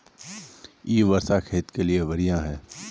इ वर्षा खेत के लिए बढ़िया है?